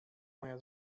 moja